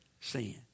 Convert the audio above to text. sin